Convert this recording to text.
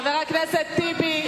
חבר הכנסת טיבי,